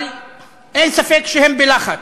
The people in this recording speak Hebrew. אבל אין ספק שהם בלחץ.